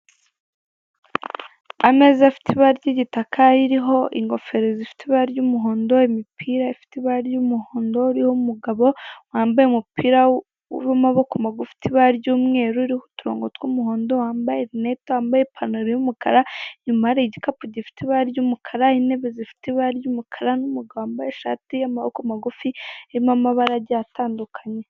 Umugabo ndetse n'umugore baraganira barikubazanya. Umugabo yambaye ishati y'ubururu n'ipantaro y'umukara. Umugore na we afite amafaranga mu ntoki ndetse yambaye ishati y'umukara. Bari mu kazu gato k'ikigo cy'itumanaho cya Emutiyene.